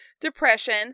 depression